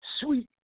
Sweet